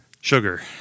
sugar